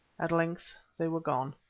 at length they were gone,